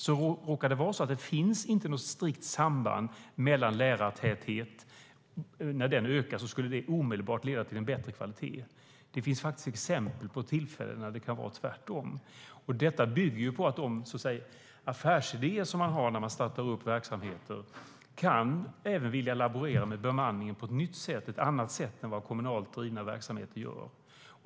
Det råkar vara så att det inte finns något strikt samband, att det när lärartätheten ökar omedelbart skulle leda till en bättre kvalitet. Det finns faktiskt exempel på tillfällen när det kan vara tvärtom. Detta bygger på de, så att säga, affärsidéer som man har när man startar verksamheter. Man kan även vilja laborera med bemanningen på ett nytt sätt, ett annat sätt än vad kommunalt drivna verksamheter gör.